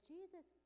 Jesus